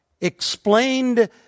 explained